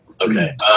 Okay